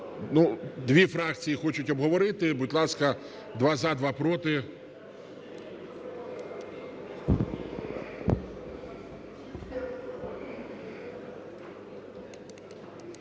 дві фракції хочуть обговорити. Будь ласка: два – за, два – проти.